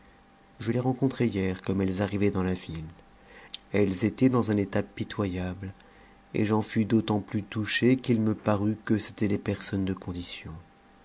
je les rencontrai hier comme elles arrivaient dans la ville elles étaient dans un état pitoyable et j'en fus d'autant plus touché qu'il me parut que c'étaient des personnes de condition